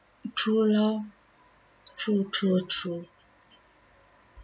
true lor true true true